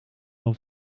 dan